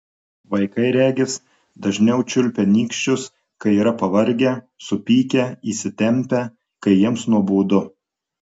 vaikai regis dažniau čiulpia nykščius kai yra pavargę supykę įsitempę kai jiems nuobodu